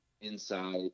inside